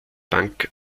bank